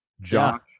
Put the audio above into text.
Josh